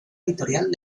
editorial